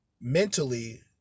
mentally